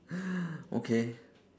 okay